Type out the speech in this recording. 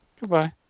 Goodbye